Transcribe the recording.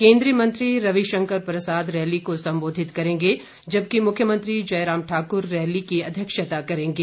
केन्द्रीय मंत्री रवि शंकर प्रसाद रैली को संबोधित करेंगे जबकि मुख्यमंत्री जयराम ठाकुर रैली की अध्यक्षता करेंगे